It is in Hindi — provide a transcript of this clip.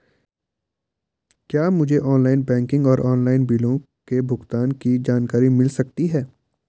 क्या मुझे ऑनलाइन बैंकिंग और ऑनलाइन बिलों के भुगतान की जानकारी मिल सकता है?